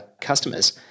customers